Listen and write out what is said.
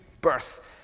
birth